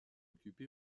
occupé